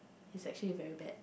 is actually very bad